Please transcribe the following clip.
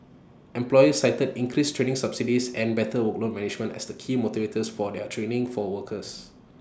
employers cited increased training subsidies and better workload management as the key motivators for their training for workers